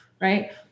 right